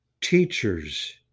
teachers